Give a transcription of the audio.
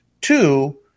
Two